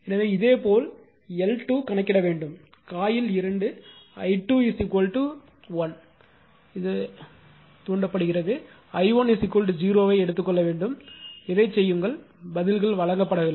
எனவே இதே போல் L2 கணக்கிட வேண்டும் காயில் 2 i2 1 ஆல் தூண்டப்படுகிறது i1 0 ஐ எடுத்துக் கொள்ள வேண்டும் இதை செய்யுங்கள் பதில்கள் வழங்கப்படவில்லை